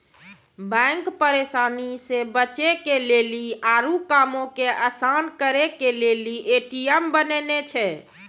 bank परेशानी से बचे के लेली आरु कामो के असान करे के लेली ए.टी.एम बनैने छै